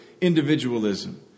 individualism